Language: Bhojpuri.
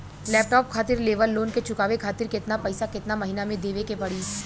लैपटाप खातिर लेवल लोन के चुकावे खातिर केतना पैसा केतना महिना मे देवे के पड़ी?